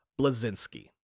Blazinski